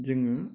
जोङो